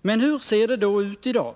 Men hur ser det då ut i dag?